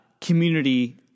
community